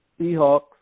Seahawks